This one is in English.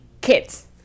kids